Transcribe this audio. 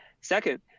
Second